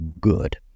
good